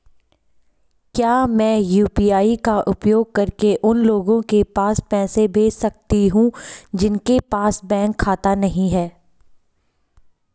क्या मैं यू.पी.आई का उपयोग करके उन लोगों के पास पैसे भेज सकती हूँ जिनके पास बैंक खाता नहीं है?